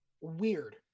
Weird